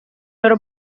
loro